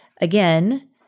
again